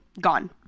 Gone